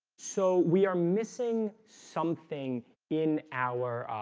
so we are missing something in our